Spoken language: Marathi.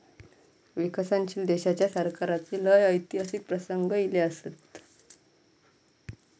विकसनशील देशाच्या सरकाराचे लय ऐतिहासिक प्रसंग ईले असत